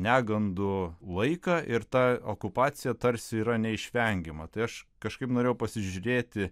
negandų laiką ir ta okupacija tarsi yra neišvengiama tai aš kažkaip norėjau pasižiūrėti